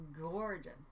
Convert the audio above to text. gorgeous